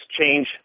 change